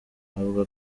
avuga